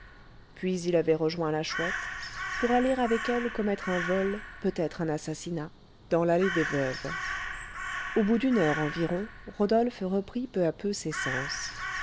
puis il avait rejoint la chouette pour aller avec elle commettre un vol peut-être un assassinat dans l'allée des veuves au bout d'une heure environ rodolphe reprit peu à peu ses sens